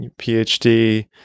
PhD